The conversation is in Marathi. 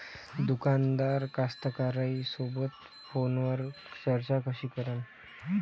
दुकानदार कास्तकाराइसोबत फोनवर चर्चा कशी करन?